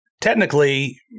technically